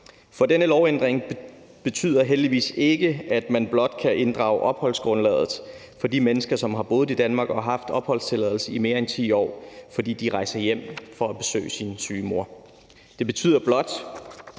For denne lovændring betyder heldigvis ikke, at man blot kan inddrage opholdsgrundlaget for de mennesker, som har boet i Danmark, og som har haft opholdstilladelse i mere end 10 år, hvis de rejser hjem for at besøge deres syge mødre. Det betyder blot,